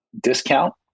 discount